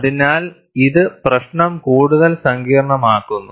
അതിനാൽ ഇത് പ്രശ്നം കൂടുതൽ സങ്കീർണ്ണമാക്കുന്നു